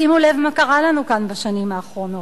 שימו לב מה קרה לנו כאן בשנים האחרונות: